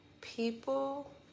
People